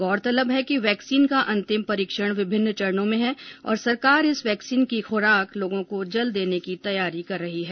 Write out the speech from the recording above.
गौरतलब है कि वैक्सीन का अंतिम परीक्षण विभिन्न चरणों में है और सरकार इस वैक्सीन की खुराक लोगों को जल्द देने की तैयारी कर रही है